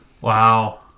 Wow